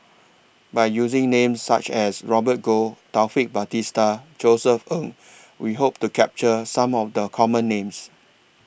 By using Names such as Robert Goh Taufik Batisah Josef Ng We Hope to capture Some of The Common Names